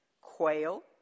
quail